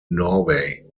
norway